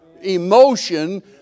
emotion